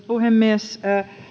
puhemies